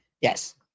Yes